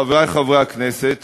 חברי חברי הכנסת,